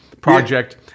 Project